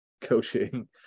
coaching